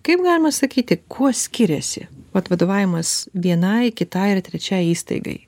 kaip galima sakyti kuo skiriasi vat vadovavimas vienai kitai ir trečiai įstaigai